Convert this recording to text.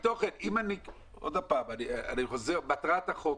אף פעם אי-אפשר לגמור עם זה.